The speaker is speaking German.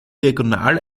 diagonal